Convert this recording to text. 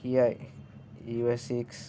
Kia US six